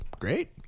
Great